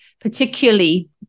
particularly